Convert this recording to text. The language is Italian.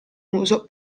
uso